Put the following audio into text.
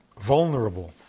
vulnerable